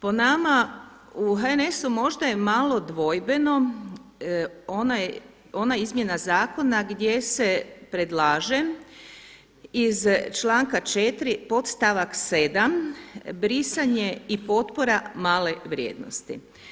Po nama u HNS-u možda je malo dvojbeno, ona izmjena zakona gdje se predlaže iz članka 4. podstavak 7. brisanje i potpora male vrijednosti.